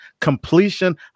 completion